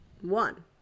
one